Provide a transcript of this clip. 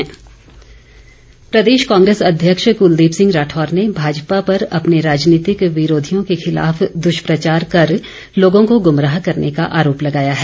कुलदीप राठौर प्रदेश कांग्रेस अध्यक्ष कुलदीप सिंह राठौर ने भाजपा पर अपने राजनीतिक विरोधियों के खिलाफ दुष्प्रचार कर लोगों को गुमराह करने का आरोप लगाया है